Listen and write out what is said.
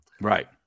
Right